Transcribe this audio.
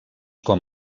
com